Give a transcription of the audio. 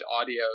audio